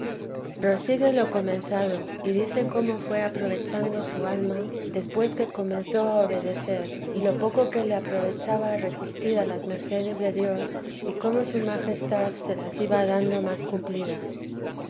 prosigue lo comenzado y dice cómo fué aprovechando su alma después que comenzó a obedecer y lo poco que le aprovechaba resistir a las mercedes de dios y cómo su majestad se las iba dando más cumplidas